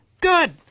Good